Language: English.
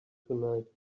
tonight